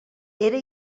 era